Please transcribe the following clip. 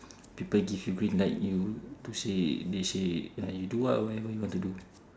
people give you green light you push it they say ya you do what~ whatever you want to do